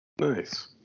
Nice